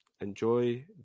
enjoy